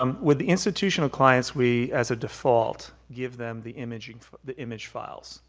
um with the instructional clients, we, as a default, give them the image and the image files,